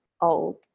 old